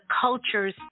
cultures